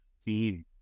see